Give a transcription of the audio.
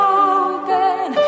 open